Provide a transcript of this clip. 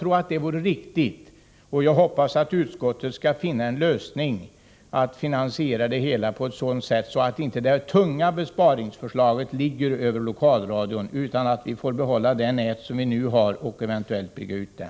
Jag tror att det vore riktigt att göra det, och jag hoppas att utskottet skall finna en lösning på detta finansieringsproblem på ett sådant sätt att lokalradion inte har detta besparingsförslag hängande över sig utan att vi får behålla det nät som vi nu har och eventuellt bygga ut det.